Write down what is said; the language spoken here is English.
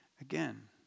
again